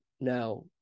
Now